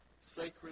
sacred